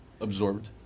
Absorbed